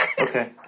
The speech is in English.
Okay